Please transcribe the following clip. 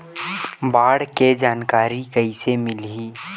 बाढ़ के जानकारी कइसे मिलही?